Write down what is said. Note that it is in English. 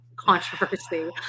controversy